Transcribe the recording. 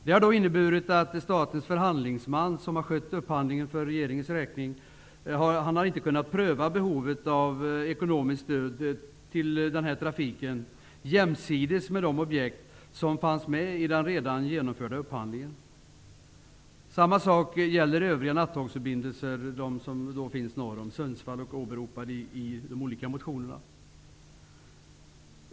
Det har inneburit att statens förhandlingsman, som skött upphandlingen för regeringens räkning, inte har kunnat pröva behovet av ekonomiskt stöd till denna trafik jämsides med de objekt som fanns med i den redan genomförda upphandlingen. Samma sak gäller de övriga nattågsförbindelser norr om Sundsvall som åberopas i de olika motionerna.